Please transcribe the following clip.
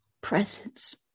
presence